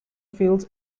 fields